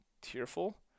tearful